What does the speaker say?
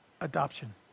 adoption